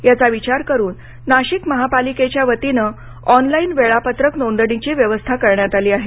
याचा विचार करून नाशिक महापालिकेच्या वतीनं ऑनलाईन वेळापत्रक नोंदणीची व्यवस्था करण्यात आली आहे